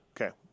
Okay